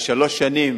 בשלוש שנים